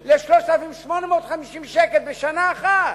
שקל ל-3,850 שקל, בשנה אחת.